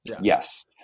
Yes